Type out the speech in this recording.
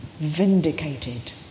vindicated